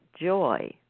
joy